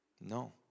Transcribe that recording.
No